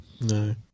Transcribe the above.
No